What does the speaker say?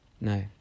no